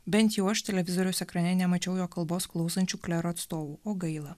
bent jau aš televizoriaus ekrane nemačiau jo kalbos klausančių klero atstovų o gaila